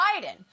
Biden